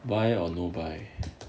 buy or no buy